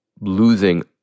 losing